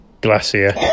glacier